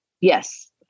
Yes